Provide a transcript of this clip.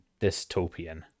dystopian